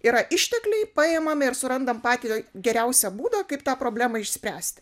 yra ištekliai paimam ir surandam patį geriausią būdą kaip tą problemą išspręsti